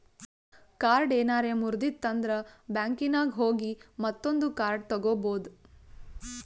card ಏನಾರೆ ಮುರ್ದಿತ್ತಂದ್ರ ಬ್ಯಾಂಕಿನಾಗ್ ಹೋಗಿ ಮತ್ತೊಂದು ಕಾರ್ಡ್ ತಗೋಬೋದ್